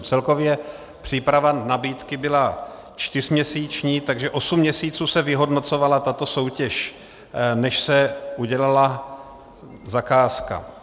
Celkově příprava nabídky byla čtyřměsíční, takže osm měsíců se vyhodnocovala tato soutěž, než se udělala zakázka.